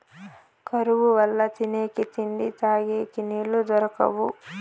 కరువు వల్ల తినేకి తిండి, తగేకి నీళ్ళు దొరకవు